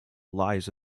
lies